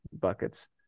buckets